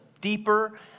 deeper